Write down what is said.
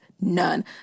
none